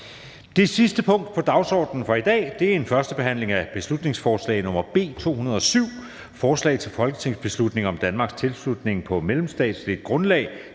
Det sidste punkt på dagsordenen er: 49) 1. behandling af beslutningsforslag nr. B 207: Forslag til folketingsbeslutning om Danmarks tilslutning på mellemstatsligt grundlag